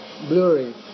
blurry